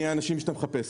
אני מהאנשים שאתה מחפש.